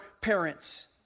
parents